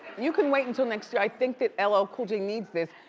you can wait until next year. i think that ll ah cool j needs this.